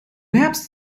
herbst